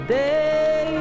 day